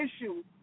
issue